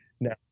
Now